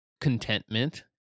contentment